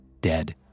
dead